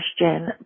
question